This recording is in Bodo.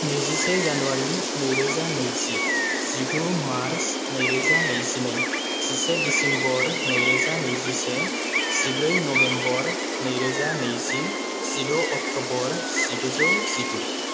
नैजिसे जानुवारि नैरोजा नैजि जिगु मार्च नैरोजा नैजिनै जिसे डिसेम्बर नैरोजा नैजिसे जिब्रै नभेम्बर नैरोजा नैजि जिद' अक्ट'बर जिगुजौ जिगु